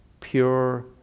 pure